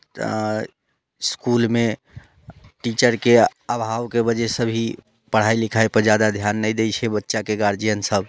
तऽ इसकुलमे टीचरके अभावके वजहसँ भी पढ़ाइ लिखाइपर ज्यादा ध्यान नहि दैत छै बच्चाके गार्जियनसभ